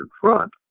Front